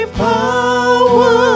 power